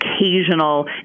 occasional